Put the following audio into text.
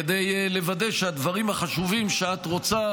כדי לוודא שהדברים החשובים שאת רוצה